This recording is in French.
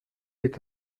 est